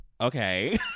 okay